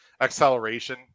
acceleration